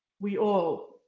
we all,